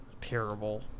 terrible